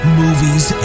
movies